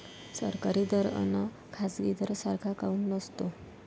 सरकारी दर अन खाजगी दर सारखा काऊन नसतो?